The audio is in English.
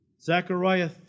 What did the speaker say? Zechariah